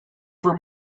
for